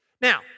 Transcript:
Now